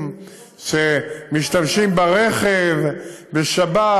שרים שמשתמשים ברכב בשבת,